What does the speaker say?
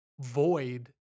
void